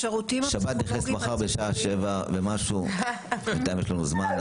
שבת נכנסת מחר בשעה 19:00 ומשהו בינתיים יש לנו זמן,